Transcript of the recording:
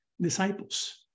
disciples